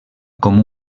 com